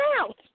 out